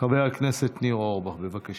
חבר הכנסת ניר אורבך, בבקשה.